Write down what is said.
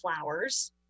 flowers